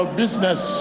business